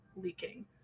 leaking